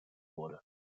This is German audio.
wurde